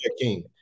King